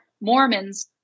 Mormons